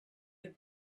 had